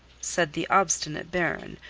said the obstinate baron,